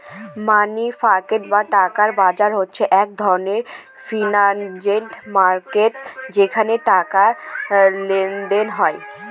মানি market বা টাকার বাজার হচ্ছে এক ধরনের ফিনান্সিয়াল মার্কেট যেখানে টাকার লেনদেন হয়